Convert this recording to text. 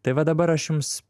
tai va dabar aš jums